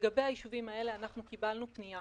לגבי היישובים האלה קיבלנו פנייה